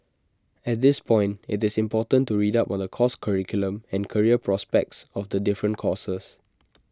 at this point IT is important to read up on the course curriculum and career prospects of the different courses